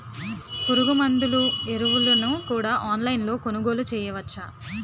పురుగుమందులు ఎరువులను కూడా ఆన్లైన్ లొ కొనుగోలు చేయవచ్చా?